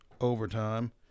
overtime